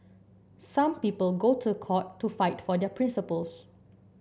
some people go to court to fight for their principles